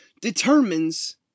determines